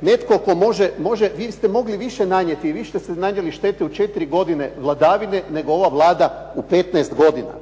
netko tko može, vi ste mogli više nanijeti i više ste nanijeli štete u četiri godine vladavine nego ova Vlada u 15 godina.